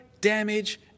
damage